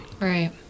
Right